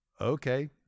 okay